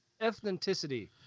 Ethnicity